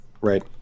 Right